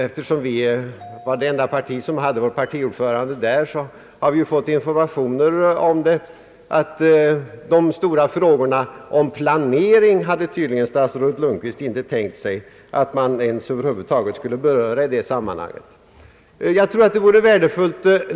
Eftersom vi var det enda parti som hade vår partiordförande närvarande har vi fått informationer om att statsrådet Lundkvist tydligen inte tänkt sig att man över huvud taget skulle beröra de stora: frågorna om planering i det sammanhanget.